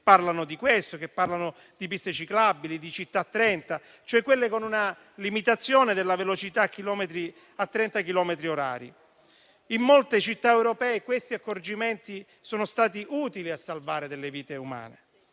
parlano di piste ciclabili, di Città 30, con una limitazione cioè della velocità a 30 chilometri orari. In molte città europee questi accorgimenti sono stati utili a salvare delle vite umane.